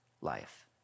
life